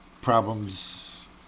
problems